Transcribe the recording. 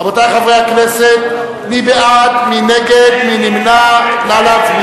רבותי חברי הכנסת, מי בעד?